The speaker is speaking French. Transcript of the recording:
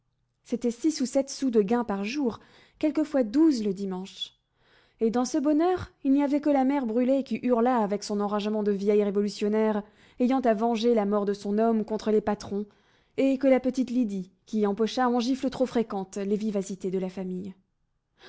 c'étaient six ou sept sous de gain par jour quelquefois douze le dimanche et dans ce bonheur il n'y avait que la mère brûlé qui hurlât avec son enragement de vieille révolutionnaire ayant à venger la mort de son homme contre les patrons et que la petite lydie qui empochât en gifles trop fréquentes les vivacités de la famille